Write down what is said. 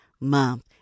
Month